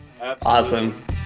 Awesome